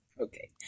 Okay